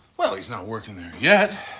well, he's not working there yet.